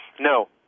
No